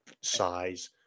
size